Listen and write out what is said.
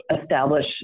establish